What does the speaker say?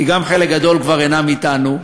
גם כי חלק גדול כבר אינם אתנו.